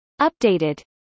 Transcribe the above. Updated